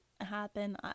happen